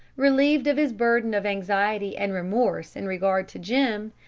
relieved of his burden of anxiety and remorse in regard to jim,